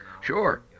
Sure